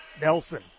Nelson